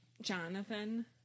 Jonathan